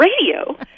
radio